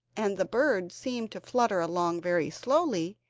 and the bird seemed to flutter along very slowly,